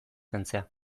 kentzea